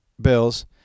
bills